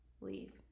Leave